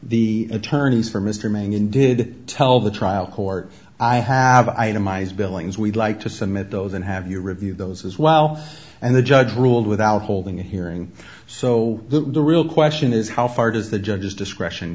the attorneys for mr mangan did tell the trial court i have itemized billings we'd like to submit those and have you review those as well and the judge ruled without holding a hearing so the real question is how far does the judge's discretion